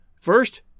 First